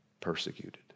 persecuted